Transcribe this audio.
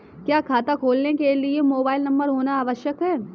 क्या खाता खोलने के लिए मोबाइल नंबर होना आवश्यक है?